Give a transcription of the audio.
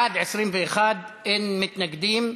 בעד, 21, אין מתנגדים,